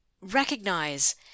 recognize